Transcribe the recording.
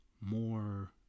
more